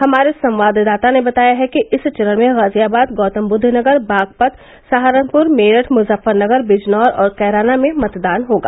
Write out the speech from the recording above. हमारे संवाददाता ने बताया है कि इस चरण में गाजियाबाद गौतमबद्व नगर बागपत सहारनपुर मेरठ मुजफ्फरनगर बिजनौर और कैराना में मतदान होगा